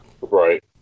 Right